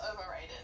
overrated